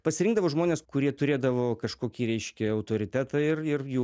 pasirinkdavo žmones kurie turėdavo kažkokį reiškia autoritetą ir ir jų